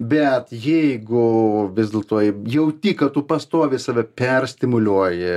bet jeigu vis dėlto jauti kad pastoviai save perstimuliuoji